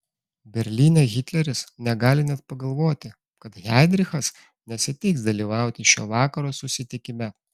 berlyne hitleris negali net pagalvoti kad heidrichas nesiteiks dalyvauti šio vakaro susitikime